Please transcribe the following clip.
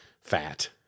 fat